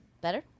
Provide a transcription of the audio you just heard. Better